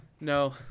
No